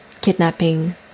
kidnapping